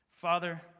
Father